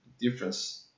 difference